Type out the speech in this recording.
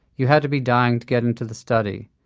you had to be dying to get into the study,